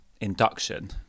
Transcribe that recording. induction